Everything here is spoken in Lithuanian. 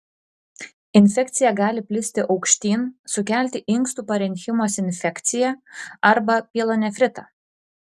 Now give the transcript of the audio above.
infekcija gali plisti aukštyn sukelti inkstų parenchimos infekciją arba pielonefritą